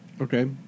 Okay